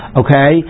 okay